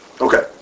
Okay